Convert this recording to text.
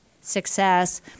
success